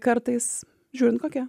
kartais žiūrint kokia